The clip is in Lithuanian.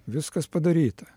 viskas padaryta